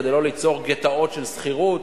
כדי לא ליצור גטאות של שכירות,